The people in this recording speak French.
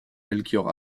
melchior